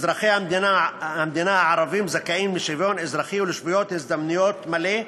אזרחי המדינה הערבים זכאים לשוויון אזרחי ולשוויון הזדמנויות מלא.